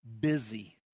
busy